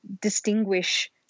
distinguish